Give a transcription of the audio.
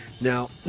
now